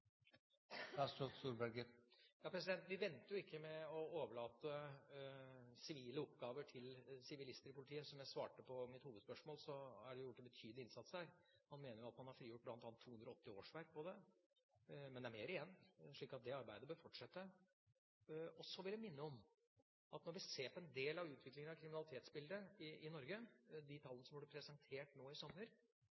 Vi venter jo ikke med å overlate sivile oppgaver i politiet til sivilister. Som jeg sa i mitt hovedsvar, er det gjort en betydelig innsats. Man mener at man her bl.a. har frigjort 280 årsverk. Men det er mer igjen, så det arbeidet bør fortsette. Så vil jeg minne om at når vi ser på en del av utviklingen i kriminalitetsbildet i Norge – de tallene